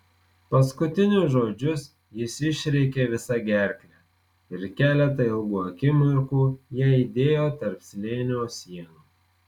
paskutinius žodžius jis išrėkė visa gerkle ir keletą ilgų akimirkų jie aidėjo tarp slėnio sienų